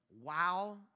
Wow